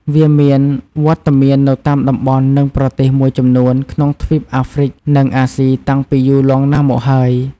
វាមានវត្តមាននៅតាមតំបន់និងប្រទេសមួយចំនួនក្នុងទ្វីបអាហ្រ្វិកនិងអាស៊ីតាំងពីយូរលង់ណាស់មកហើយ។